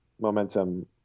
momentum